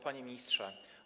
Panie Ministrze!